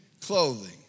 clothing